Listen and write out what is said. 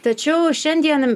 tačiau šiandien